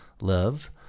Love